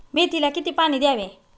मेथीला किती पाणी द्यावे?